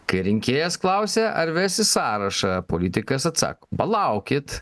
kai rinkėjas klausia ar vesi sąrašą politikas atsako palaukit